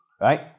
right